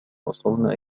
وصلنا